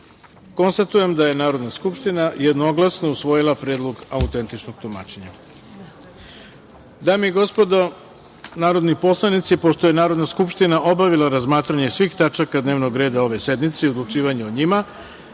poslanika. Konstatujem da je Narodna skupština jednoglasno usvojila Predlog autentičnog tumačenja. Dame